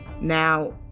Now